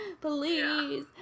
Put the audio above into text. Please